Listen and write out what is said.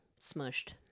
Smushed